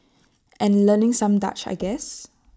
and learning some Dutch I guess